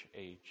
age